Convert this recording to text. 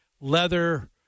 leather